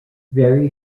very